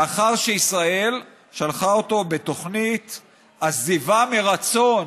לאחר שישראל שלחה אותו בתוכנית עזיבה מרצון